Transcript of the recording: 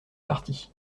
partis